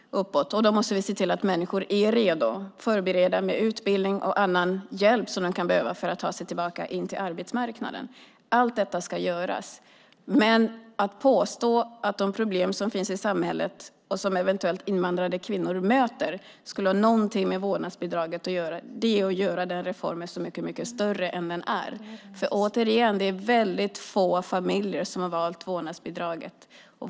Då måste vi se till att människor är redo och förbereda med utbildning och annan hjälp som de kan behöva för att ta sig tillbaka in på arbetsmarknaden. Allt detta ska göras men att påstå att de problem som finns i samhället och som eventuellt invandrade kvinnor möter skulle ha något med vårdnadsbidraget att göra är att göra den reformen mycket större än den är. Det är väldigt få familjer som har valt vårdnadsbidraget.